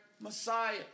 Messiah